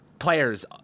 players